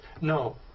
No